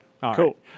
Cool